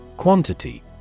Quantity